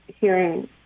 hearing